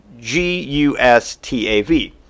G-U-S-T-A-V